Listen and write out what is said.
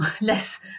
less